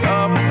up